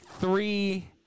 three